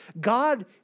God